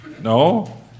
No